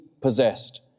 possessed